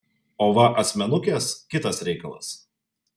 o va asmenukės kitas reikalas